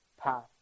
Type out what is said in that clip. path